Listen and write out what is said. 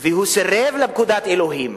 והוא סירב לפקודת אלוהים.